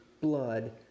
blood